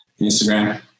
Instagram